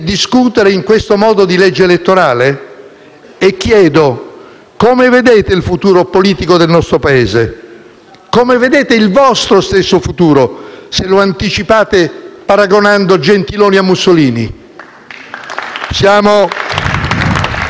Siamo abituati a sentir dire che le leggi elettorali sono le più politiche tra tutte le leggi. È un'espressione che può essere intesa in vari modi, ma quando il consenso o l'opposizione alla legge riflettono l'idea che quella legge ci aiuterà a vincere